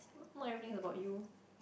not everything's about you